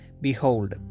Behold